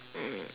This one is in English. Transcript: mm